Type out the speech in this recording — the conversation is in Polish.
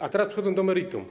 A teraz przechodzę do meritum.